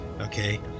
Okay